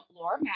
Laura